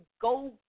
go